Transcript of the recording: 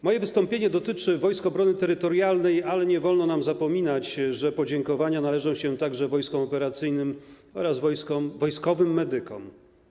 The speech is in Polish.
Moje wystąpienie dotyczy Wojsk Obrony Terytorialnej, ale nie wolno nam zapominać, że podziękowania należą się także wojskom operacyjnym oraz wojskowym medykom.